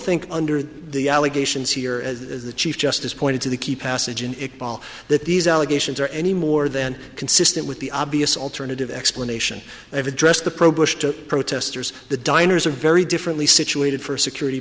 think under the allegations here as the chief justice pointed to the key passage in it paul that these allegations are any more than consistent with the obvious alternative explanation they have addressed the pro bush to protesters the diners are very differently situated for a security